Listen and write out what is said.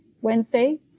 Wednesday